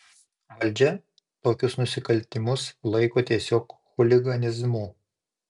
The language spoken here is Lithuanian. valdžia tokius nusikaltimus laiko tiesiog chuliganizmu